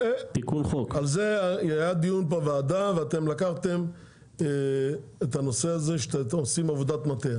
על זה היה דיון בוועדה ואתם לקחתם את הנושא הזה שאתם עושים עבודת מטה.